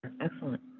Excellent